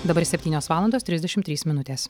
dabar septynios valandos trisdešim trys minutės